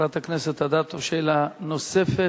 חברת הכנסת אדטו, שאלה נוספת.